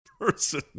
person